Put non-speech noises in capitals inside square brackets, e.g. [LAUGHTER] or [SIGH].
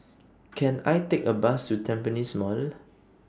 [NOISE] Can I Take A Bus to Tampines Mall